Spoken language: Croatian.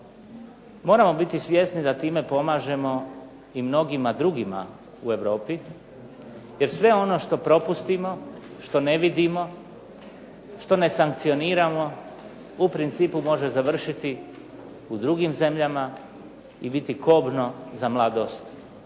moramo biti svjesni da time pomažemo i mnogima drugima u Europi, jer sve ono što ne vidimo, što ne sankcioniramo u principu može završiti u drugom zemljama i biti kobno za mladost